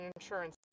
insurance